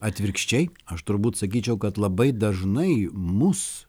atvirkščiai aš turbūt sakyčiau kad labai dažnai mus